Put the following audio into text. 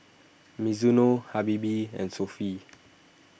Mizuno Habibie and Sofy